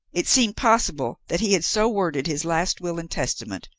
it seemed possible that he had so worded his last will and testament,